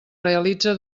realitza